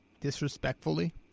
disrespectfully